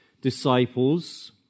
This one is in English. disciples